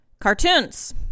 cartoons